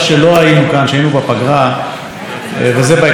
וזה בהקשר של עבירות ביטחוניות ושחרורם של